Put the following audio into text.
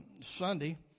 Sunday